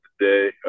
today